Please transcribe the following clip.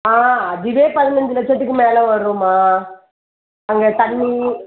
ஆ அதுவே பதினஞ்சு லட்சத்துக்கு மேல் வரும்மா அங்கேத் தண்ணி